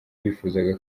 bifuzaga